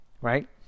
right